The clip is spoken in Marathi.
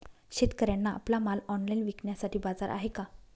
शेतकऱ्यांना आपला माल ऑनलाइन विकण्यासाठी बाजार आहे का?